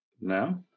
now